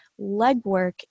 legwork